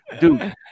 dude